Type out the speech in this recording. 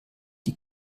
die